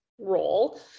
role